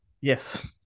yes